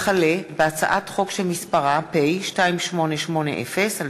הצעת חוק לתיקון פקודת מסי העירייה ומסי הממשלה